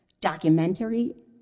documentary